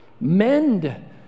mend